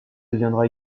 deviendra